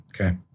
okay